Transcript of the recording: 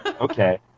Okay